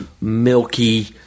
milky